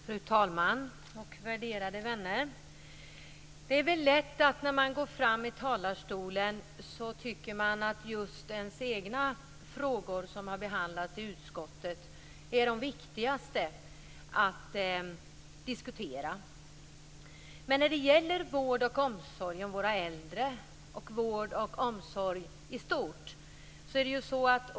Fru talman och värderade vänner! Det är lätt att i talarstolen tycka att just de egna frågorna som har behandlats i utskottet är de viktigaste att diskutera.